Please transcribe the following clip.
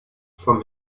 from